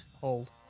hold